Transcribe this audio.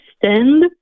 extend